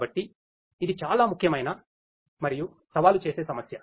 కాబట్టి ఇది చాలా ముఖ్యమైన మరియు సవాలు చేసే సమస్య